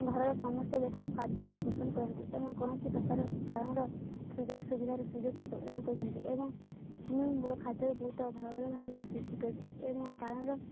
ଘରର ସମସ୍ତ ଲୋକ ଖାଦ୍ୟରେ ପସନ୍ଦ କରନ୍ତି ଏବଂ କୌଣସି ପ୍ରକାର କାରଣର ସୁଯୋଗ ସୁବିଧାର ସୁଯୋଗ ପ୍ରଦାନ କରିଛନ୍ତି ଏବଂ ମୁଁ ମୋର ଖାଦ୍ୟ ବହୁତ ଭ ଭଲ ଭାବରେ ସୃଷ୍ଟି କରିଛି ଏବଂ କାରଣର